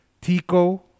Tico